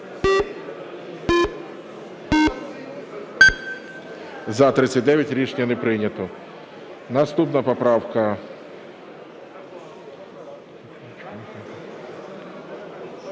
За-39 Рішення не прийнято. Наступна поправка